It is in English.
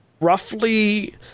roughly